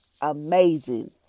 amazing